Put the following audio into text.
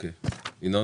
אני לא